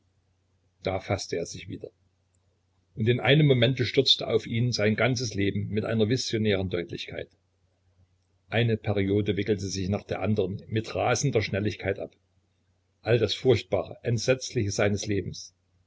da faßte er sich wieder und in einem momente stürzte auf ihn sein ganzes leben mit einer visionären deutlichkeit eine periode wickelte sich nach der andern mit rasender schnelligkeit ab all das furchtbare entsetzliche seines lebens